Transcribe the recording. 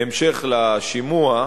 בהמשך לשימוע,